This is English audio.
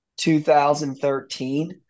2013